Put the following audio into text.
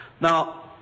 Now